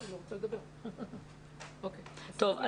טוב.